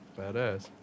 Badass